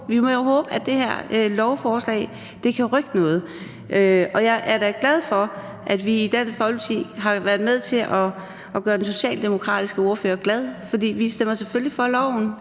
må vi jo håbe, at det her lovforslag kan rykke noget. Jeg er da glad for, at vi i Dansk Folkeparti har været med til at gøre den socialdemokratiske ordfører glad, for vi stemmer selvfølgelig for